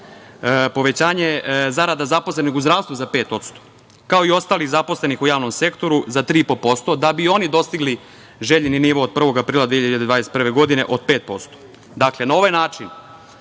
povećanje zarada zaposlenih u zdravstvu za 5%, kao i ostalih zaposlenih u javnom sektoru za 3,5%, da bi oni dostigli željeni nivo od 1. aprila 2021. godine od 5%. Dakle, na ovaj način